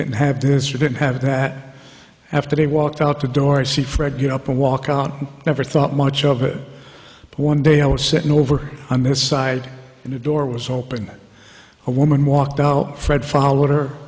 didn't have this or didn't have that after they walked out the door to see fred you know up and walk out never thought much of it but one day i was sitting over on this side and the door was open a woman walked out fred followed her